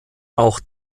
auch